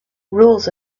rules